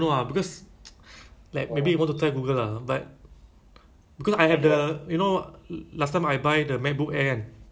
you can play um I mean you can play the eh what's it called ah the radio station like singapore radio station